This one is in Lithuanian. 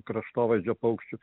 kraštovaizdžio paukščių